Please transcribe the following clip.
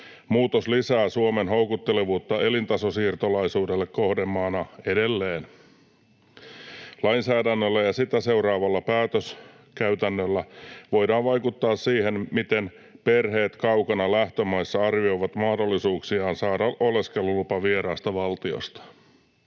Muutos lisää Suomen houkuttelevuutta elintasosiirtolaisuudelle kohdemaana edelleen. Lainsäädännöllä ja sitä seuraavalla päätöskäytännöllä voidaan vaikuttaa siihen, miten perheet kaukana lähtömaissa arvioivat mahdollisuuksiaan saada oleskelulupa vieraasta valtiosta.